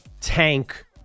tank